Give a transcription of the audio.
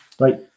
Right